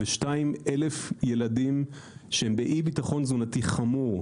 מדובר בילדים שנמצאים במצב של אי-ביטחון תזונתי חמור.